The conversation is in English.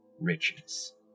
riches